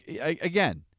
again